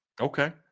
Okay